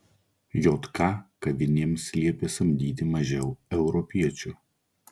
jk kavinėms liepė samdyti mažiau europiečių